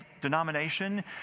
denomination